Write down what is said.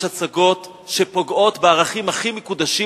יש הצגות שפוגעות בערכים הכי מקודשים,